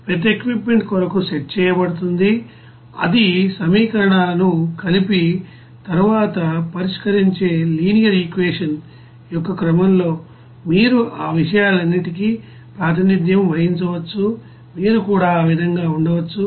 ప్రతి equipment కొరకు set చేయబడుతుంది అన్ని సమీకరణాలను కలిపి తరువాత పరిష్కరించే లినియర్ ఈక్వేషన్ యొక్క క్రమంలో మీరు ఆ విషయాలన్నింటికీ ప్రాతినిధ్యం వహించవచ్చు మీరు కూడా ఆ విధంగా ఉండవచ్చు